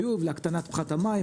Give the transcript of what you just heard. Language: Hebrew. להקטנת פחת המים,